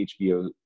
HBO